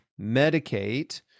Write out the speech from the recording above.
medicate